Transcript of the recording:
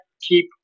keep